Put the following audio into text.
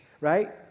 right